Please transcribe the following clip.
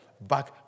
back